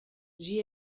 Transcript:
j’y